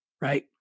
right